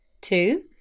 Two